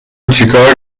چیکار